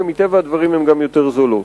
שמטבע הדברים הן גם יותר זולות.